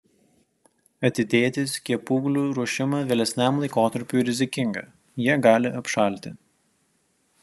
atidėti skiepūglių ruošimą vėlesniam laikotarpiui rizikinga jie gali apšalti